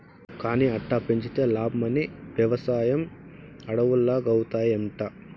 కానీ అట్టా పెంచితే లాబ్మని, వెవసాయం అడవుల్లాగౌతాయంట